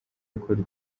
ecole